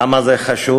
למה זה חשוב,